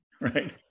right